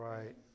Right